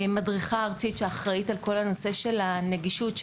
מדריכה ארצית שאחראית על כל הנושא של הנגישות.